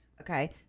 okay